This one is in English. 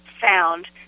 found